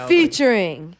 Featuring